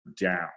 down